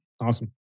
Awesome